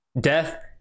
Death